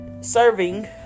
serving